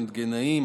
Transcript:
רנטגנאים,